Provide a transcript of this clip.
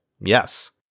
yes